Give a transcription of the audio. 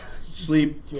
sleep